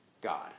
God